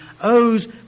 owes